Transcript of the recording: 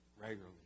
regularly